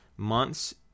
months